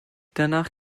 danach